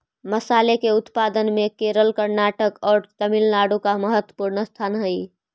मसाले के उत्पादन में केरल कर्नाटक और तमिलनाडु का महत्वपूर्ण स्थान हई